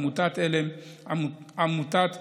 עמותת עלם,